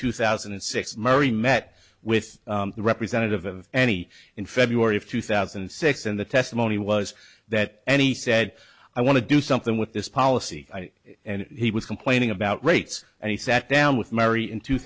two thousand and six murray met with the representative of any in february of two thousand and six and the testimony was that any said i want to do something with this policy and he was complaining about rates and he sat down with mary in two